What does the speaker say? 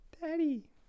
Daddy